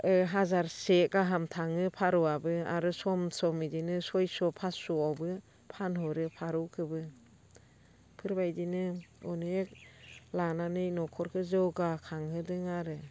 हाजारसे गाहाम थाङो फारौआबो आरो सम सम बिदिनो सयस' पास्स'आवबो फानहरो फारौखोबो बेफोरबायदिनो अनेक लानानै न'खरखो जौगा खांहोदों आरो